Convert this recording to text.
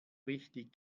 richtig